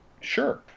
sure